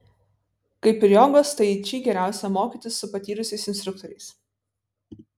kaip ir jogos tai či geriausia mokytis su patyrusiais instruktoriais